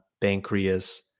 pancreas